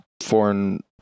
foreign